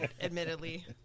admittedly